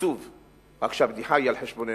עצוב רק שהבדיחה היא על-חשבוננו,